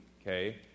okay